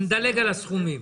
נדלג על הסכומים.